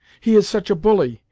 he is such a bully!